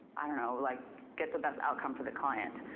i don't know, like get the best outcome for the client.